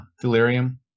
delirium